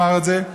הוא אמר את זה,